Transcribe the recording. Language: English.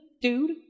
Dude